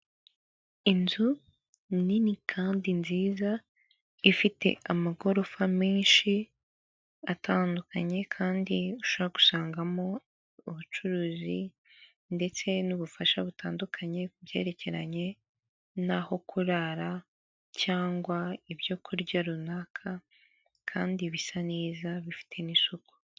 Inzu nini kandi nziza ifite amagorofa menshi atandukanye kandi ushaka usangamo ubucuruzi, ndetse n'ubufasha butandukanye ku byerekeranye naho kurara cyangwa ibyo kurya runaka kandi bisa neza bifite n'isuku.